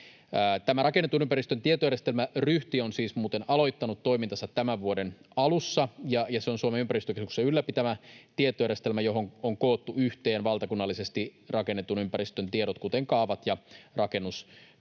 Tämä rakennetun ympäristön tietojärjestelmä, Ryhti, joka on siis muuten aloittanut toimintansa tämän vuoden alussa, on Suomen ympäristökeskuksen ylläpitämä tietojärjestelmä, johon on koottu yhteen valtakunnallisesti rakennetun ympäristön tiedot, kuten kaavat ja rakennustiedot.